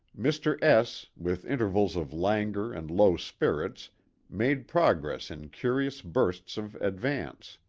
mr. s, with intervals of languor and low spirits made progress in curious bursts of ad vance.